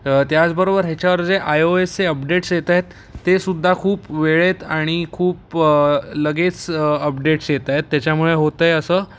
त्याचबरोबर ह्याच्यावर जे आय ओ एसचे अपडेट्स येत आहेत ते सुद्धा खूप वेळेत आणि खूप लगेच अपडेट्स येत आहेत त्याच्यामुळे होतं आहे असं